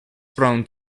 prone